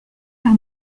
par